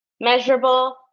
measurable